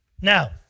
Now